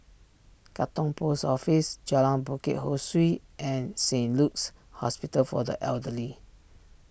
Katong Post Office Jalan Bukit Ho Swee and Saint Luke's Hospital for the Elderly